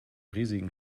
riesigen